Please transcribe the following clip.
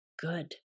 good